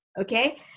okay